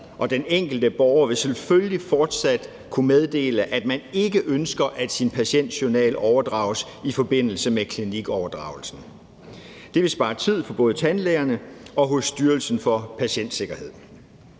og den enkelte borger vil selvfølgelig fortsat kunne meddele, at man ikke ønsker, at ens patientjournal overdrages i forbindelse med klinikoverdragelsen. Det vil spare tid for både tandlægerne og for Styrelsen for Patientsikkerhed.